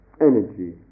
energy